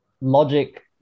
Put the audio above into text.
Logic